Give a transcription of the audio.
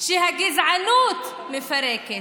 שהגזענות מפרקת,